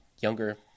Younger